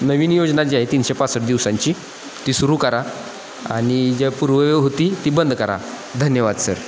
नवीन योजना जी आहे तीनशे पासष्ट दिवसांची ती सुरू करा आणि ज्या पूर्वी होती ती बंद करा धन्यवाद सर